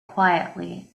quietly